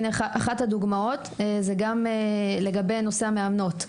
אחת הדוגמאות זה נושא המאמנות.